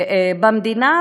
במדינה,